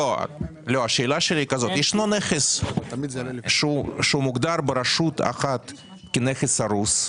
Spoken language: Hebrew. השאלה שלי היא כזו: ישנו נכס שהוא מוגדר ברשות אחת כנכס הרוס.